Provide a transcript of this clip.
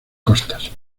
costas